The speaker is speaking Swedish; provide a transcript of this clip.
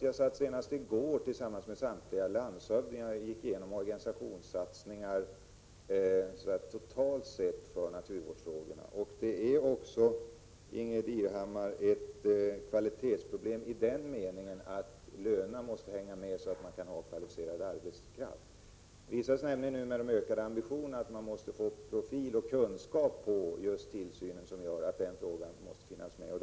Jag satt senast i går tillsammans med samtliga landshövdingar och gick igenom planerade organisationssatsningar totalt sett för naturvårdsfrågorna. Detta är också ett kvalitetsproblem, i den meningen att lönerna måste hänga med så att man kan få kvalificerad arbetskraft. Det visar sig nämligen att med de ökade ambitionerna att man måste få profil och kunskap på just tillsynen, vilket gör att just den frågan måste finnas med i bilden ordentligt. Prot.